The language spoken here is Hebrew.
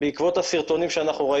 כנגד אותם גורמים בעקבות הסרטונים שראינו.